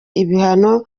ibihano